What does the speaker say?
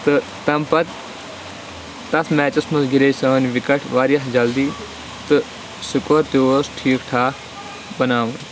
تہٕ تَمہِ پَتہٕ تَتھ میچَس منٛز گِرے سٲنۍ وِکَٹ واریاہ جلدی تہٕ سکور تہِ اوس ٹھیٖک ٹھاک بَناوُن